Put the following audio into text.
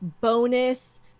bonus